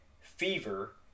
fever